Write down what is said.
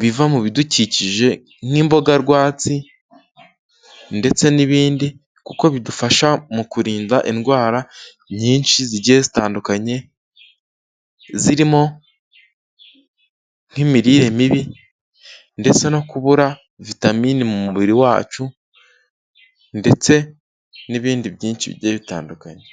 biva mu bidukikije, nk'imbogarwatsi ndetse n'ibindi kuko bidufasha mu kurinda indwara nyinshi zigiye zitandukanye, zirimo nk'imirire mibi ndetse no kubura vitamini mu mubiri wacu ndetse n'ibindi byinshi bigiye bitandukanye.